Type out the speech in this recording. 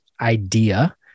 idea